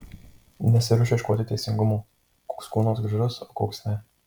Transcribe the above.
nesiruošiau ieškoti teisingumo koks kūnas gražus o koks ne